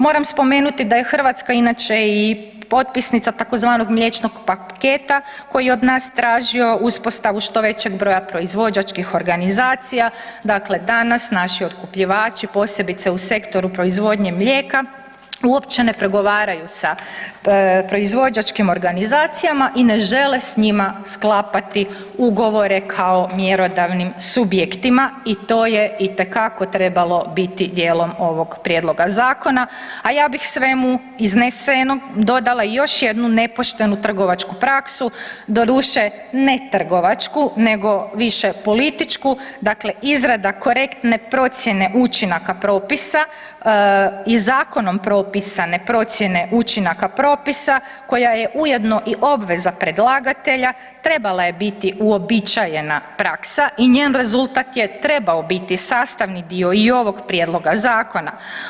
Moram spomenuti da je Hrvatska inače i potpisnica tzv. Mliječnog paketa koji je od nas tražio uspostavu što većeg broja proizvođačkih organizacija, dakle danas naši otkupljivači, posebice u sektoru proizvodnje mlijeka, uopće ne pregovaraju sa proizvođačkim organizacijama i ne žele s njima sklapati ugovore kao mjerodavnim subjektima i to je itekako trebalo biti dijelom ovog Prijedloga zakona, a ja bih svemu iznesenom dodala još jednu nepoštenu trgovačku praksu, doduše ne trgovačku, nego više političku, dakle izrada Korektne procjene učinaka propisa i zakonom propisane procjene učinaka propisa koja ujedno i obveza predlagatelja, trebala je biti uobičajena praksa i njen rezultat je trebao biti sastavni dio i ovog Prijedloga zakona.